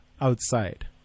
outside